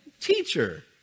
teacher